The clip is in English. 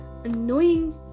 annoying